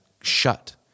shut